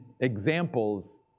examples